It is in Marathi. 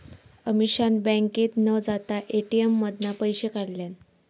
अमीषान बँकेत न जाता ए.टी.एम मधना पैशे काढल्यान